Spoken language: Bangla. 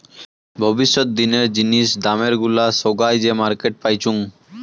ভবিষ্যত দিনের জিনিস দামের গুলা সোগায় যে মার্কেটে পাইচুঙ